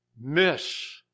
miss